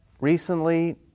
Recently